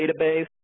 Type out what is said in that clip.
database